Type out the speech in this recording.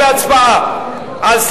קבוצת